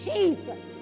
Jesus